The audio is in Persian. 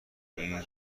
این